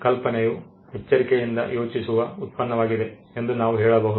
ಕಲ್ಪನೆಯು ಎಚ್ಚರಿಕೆಯಿಂದ ಯೋಚಿಸುವ ಉತ್ಪನ್ನವಾಗಿದೆ ಎಂದು ನಾವು ಹೇಳಬಹುದು